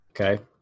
okay